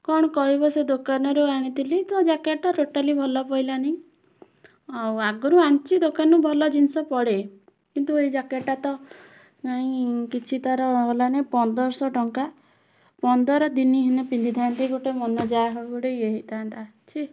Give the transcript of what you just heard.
କ'ଣ କହିବ ସେ ଦୋକାନରୁ ଆଣିଥିଲି ତ ଜ୍ୟାକେଟ୍ଟା ଟୋଟାଲି ଭଲ ପଡ଼ିଲାନି ଆଉ ଆଗରୁ ଆଣିଛି ଦୋକାନରୁ ଭଲ ଜିନିଷ ପଡ଼େ କିନ୍ତୁ ଏଇ ଜ୍ୟାକେଟ୍ଟା ତ କାଇଁ କିଛି ତା'ର ହେଲାନି ପନ୍ଦରଶହ ଟଙ୍କା ପନ୍ଦରଦିନ ହେଲେ ପିନ୍ଧିଥାନ୍ତି ଗୋଟେ ମନ ଯାହା ହଉ ଗୋଟେ ୟେ ହେଇଥାନ୍ତା ଛି